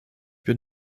bin